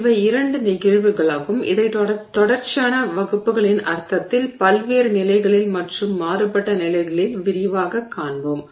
இவை இரண்டு நிகழ்வுகளாகும் இதை தொடர்ச்சியான வகுப்புகளின் அர்த்தத்தில் பல்வேறு நிலைகளில் மற்றும் மாறுபட்ட நிலைகளில் விரிவாகக் காண்போம்